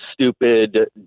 stupid